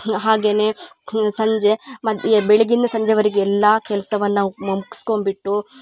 ಹಾಗೇ ಸಂಜೆ ಮತ್ತು ಎ ಬೆಳಗಿಂದ ಸಂಜೆವರಿಗು ಎಲ್ಲ ಕೆಲ್ಸವನ್ನು ಮುಗಿಸ್ಕೋಂಬಿಟ್ಟು